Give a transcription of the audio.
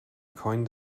coined